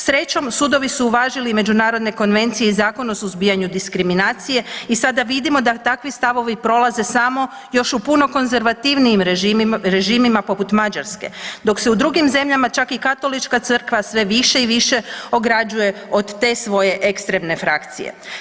Srećom sudovi su uvažili međunarodne konvencije i Zakon o suzbijanju diskriminacije i sada vidimo da takvi stavovi prolaze samo još u puno konzervativnijim režimima poput Mađarske dok se u drugim zemljama čak i Katolička crkva sve više i više ograđuje od te svoje ekstremne frakcije.